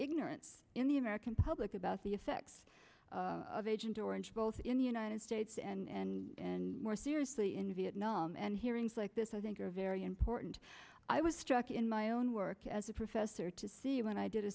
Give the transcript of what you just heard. ignorance in the american public about the effects of agent orange both in the united states and more seriously in vietnam and hearings like this i think are very important i was struck in my own work as a professor to see when i did a